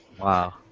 Wow